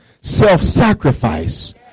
self-sacrifice